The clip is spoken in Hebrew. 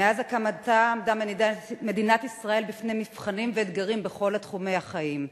מאז הקמתה עמדה מדינת ישראל בפני מבחנים ואתגרים בכל תחומי החיים,